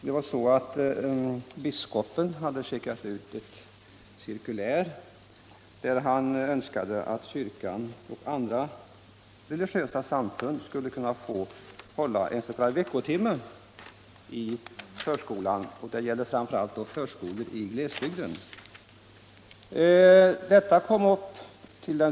Biskopen i Karlstads stift hade skickat ut ett cirkulär i vilket han uttryckte önskemålet att kyrkan och andra religiösa samfund skulle få hålla en s.k. veckotimme i förskolorna, framför allt förskolorna i glesbygden.